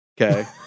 okay